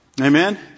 Amen